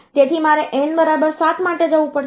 તેથી મારે n બરાબર 7 માટે જવું પડશે